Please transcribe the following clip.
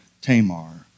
Tamar